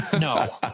No